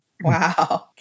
Wow